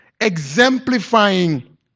exemplifying